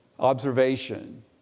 Observation